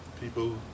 people